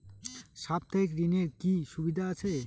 সাপ্তাহিক ঋণের কি সুবিধা আছে?